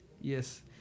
yes